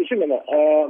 žinoma a